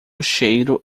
cheiro